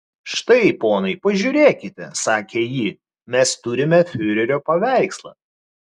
štai ponai pažiūrėkite sakė ji mes turime fiurerio paveikslą